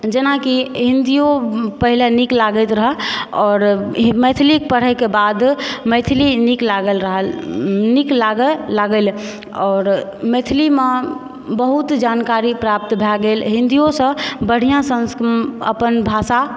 जेनाकि हिन्दिओ पहिले नीक लागैत रहय आओर मैथिली पढ़यके बाद मैथिली नीक लागल रहऽ नीक लागय लागल आओर मैथिलीमऽ बहुत जानकारी प्राप्त भए गेल हिन्दिओसँ बढ़िआँ अपन भाषा